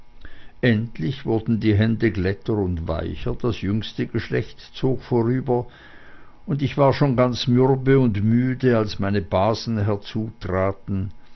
endlich wurden die hände glätter und weicher das jüngste geschlecht zog vorüber und ich war schon ganz mürbe und müde als meine basen